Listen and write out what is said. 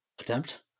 attempt